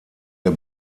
der